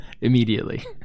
Immediately